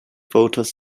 voters